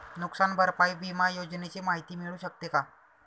नुकसान भरपाई विमा योजनेची माहिती मिळू शकते का?